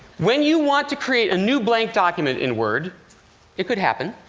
when you want to create a new blank document in word it could happen.